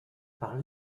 par